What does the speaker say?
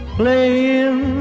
playing